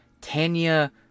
Tanya